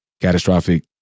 catastrophic